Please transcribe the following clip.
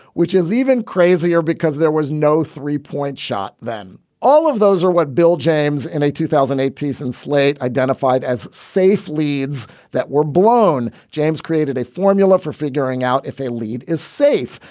which is even crazier because there was no three point shot than all of those are what bill james and a two thousand and eight piece in slate identified as safe leads that were blown. james created a formula for figuring out if a lead is safe.